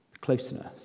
closeness